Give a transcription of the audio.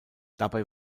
dabei